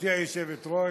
גברתי היושבת-ראש,